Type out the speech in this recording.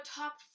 top